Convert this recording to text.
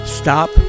stop